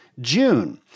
June